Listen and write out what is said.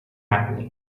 happening